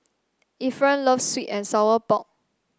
Efren loves sweet and Sour Pork